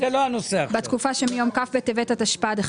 תיקון חוק מס ערך מוסף - הוראת שעה